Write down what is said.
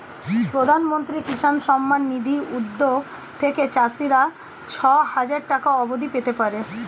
প্রধানমন্ত্রী কিষান সম্মান নিধি উদ্যোগ থেকে চাষিরা ছয় হাজার টাকা অবধি পেতে পারে